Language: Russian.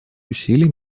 усилий